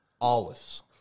Olives